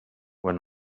were